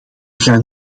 gaan